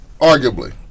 arguably